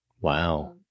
Wow